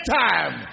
time